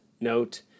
note